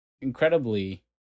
incredibly